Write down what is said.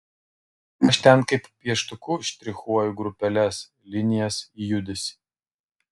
aš ten kaip pieštuku štrichuoju grupeles linijas judesį